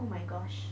oh my gosh